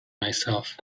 myself